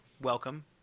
welcome